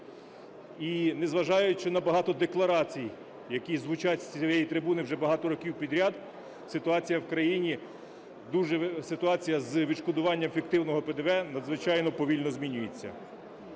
І незважаючи на багато декларацій, які звучать з цієї трибуни уже багато років підряд, ситуація в країні... ситуація з відшкодуванням фіктивного ПДВ надзвичайно повільно змінюється.